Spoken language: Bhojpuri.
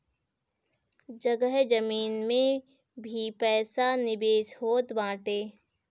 जगह जमीन में भी पईसा निवेश होत बाटे